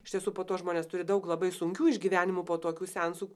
iš tiesų po to žmonės turi daug labai sunkių išgyvenimų po tokių seansų